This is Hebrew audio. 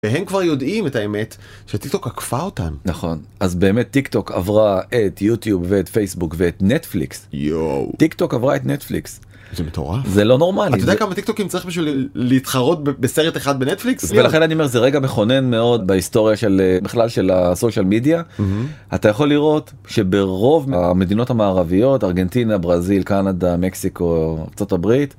והם כבר יודעים את האמת שטיק טוק עקפה אותם נכון אז באמת טיק טוק עברה את יוטיוב ואת פייסבוק ואת נטפליקס. יואו. טיק טוק עברה את נטפליקס. זה מטורף! זה לא נורמלי. אתה יודע כמה טיקטוקים צריך בשביל להתחרות בסרט אחד בנטפליקס? ולכן אני אומר זה רגע מכונן מאוד בהיסטוריה של בכלל של הסושיאל מידיה. אתה יכול לראות שברוב המדינות המערביות - ארגנטינה, ברזיל, קנדה, מקסיקו, ארה״ב...